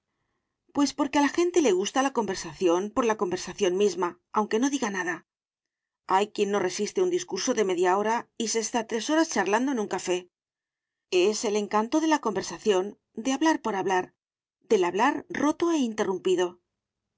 pues porque a la gente le gusta la conversación por la conversación misma aunque no diga nada hay quien no resiste un discurso de media hora y se está tres horas charlando en un café es el encanto de la conversación de hablar por hablar del hablar roto e interrumpido